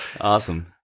Awesome